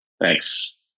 Thanks